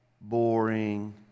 boring